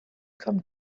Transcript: come